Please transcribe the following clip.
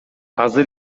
азыр